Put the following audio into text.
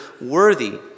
worthy